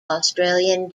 australian